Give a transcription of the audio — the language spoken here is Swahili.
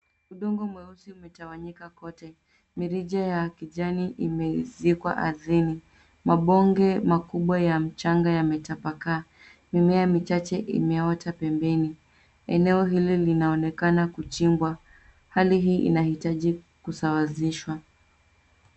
Udongo mweusi umetawanyika kwote, mirija ya kijani imezikwa ardhini ,mabonge makubwa ya mchanga yametapakaa. Mimea michache imeota pembeni ,eneo hili linaonekana kuchimbwa . Hali hii inahitaji kusawazishwa.